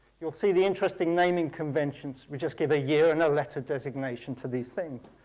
you'll see the interesting naming conventions we just give a year and letter designation to these things.